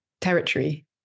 territory